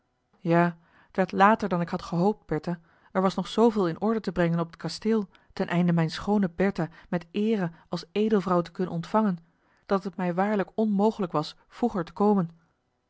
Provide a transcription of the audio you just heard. ja t werd later dan ik gehoopt had bertha er was nog zooveel in orde te brengen op het kasteel ten einde mijne schoone bertha met eere als edelvrouw te kunnen ontvangen dat het mij waarlijk onmogelijk was vroeger te komen